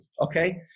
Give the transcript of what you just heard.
okay